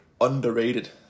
underrated